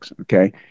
Okay